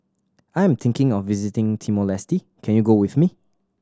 I am thinking of visiting Timor Leste can you go with me